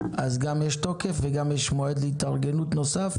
כך שגם יש תוקף וגם יש מועד נוסף להתארגנות,